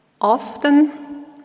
Often